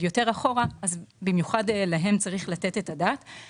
יותר אחורה צריך לתת את הדעת במיוחד עליהם.